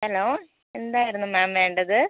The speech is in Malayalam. ഹലോ എന്തായിരുന്നു മാം വേണ്ടത്